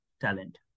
talent